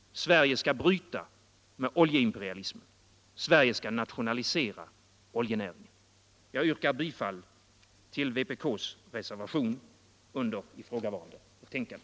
Sverige skall bryta med oljeimperialismen. Sverige skall nationalisera oljenäringen. Jag yrkar bifall till vpk:s reservationer vid ifrågavarande betänkande.